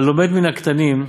הלמד מן הקטנים,